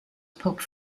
pope